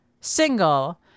single